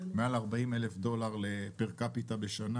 מעל 40,000 דולר פר קפיטל בשנה,